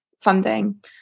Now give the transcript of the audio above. funding